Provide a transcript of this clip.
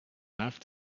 left